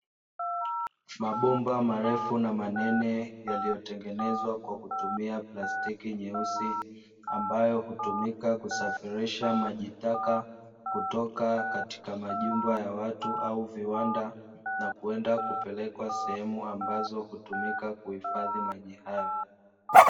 Mabomba marefu na manene yaliyo tengenezwa kwa kutumia prastiki nyeusi, ambayo hukumika kusafilisha maji taka, kutoka katika majumba ya watu au viwanda na kwenda kupelekwa sehemu ambazo hutumika kuhifadhi maji hayo.